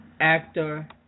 actor